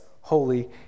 holy